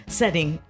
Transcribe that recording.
setting